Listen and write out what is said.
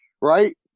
right